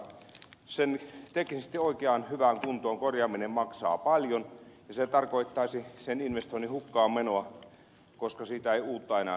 sen teknisesti oikeaan hyvään kuntoon korjaaminen maksaa paljon ja se tarkoittaisi sen investoinnin hukkaanmenoa koska siitä ei uutta enää saataisi